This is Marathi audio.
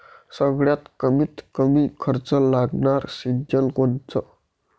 सगळ्यात कमीत कमी खर्च लागनारं सिंचन कोनचं?